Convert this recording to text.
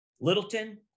Littleton